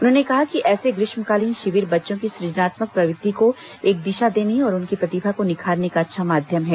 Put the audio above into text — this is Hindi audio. उन्होंने कहा कि ऐसे ग्रीष्मकालीन शिविर बच्चों की सुजनात्मक प्रवृत्ति को एक दिशा देने और उनकी प्रतिभा को निखारने का अच्छा माध्यम है